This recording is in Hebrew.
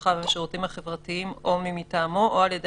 הרווחה והשירותים החברתיים או מי מטעמו או על-ידי